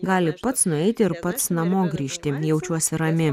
gali pats nueiti ir pats namo grįžti jaučiuosi rami